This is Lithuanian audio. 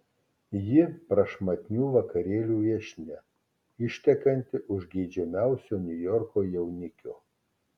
ji prašmatnių vakarėlių viešnia ištekanti už geidžiamiausio niujorko jaunikio